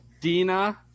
Dina